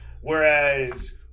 Whereas